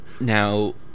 now